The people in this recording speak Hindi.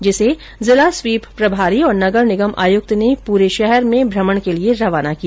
जिसे जिला स्वीप प्रभारी और नगर निगम आयुक्त ने पूरे शहर में भ्रमण के लिये रवाना किया